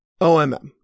OMM